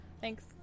Thanks